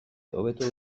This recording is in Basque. hobeto